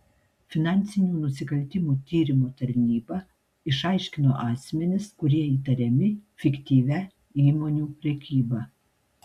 finansinių nusikaltimų tyrimo tarnyba išaiškino asmenis kurie įtariami fiktyvia įmonių prekyba